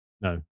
No